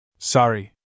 Sorry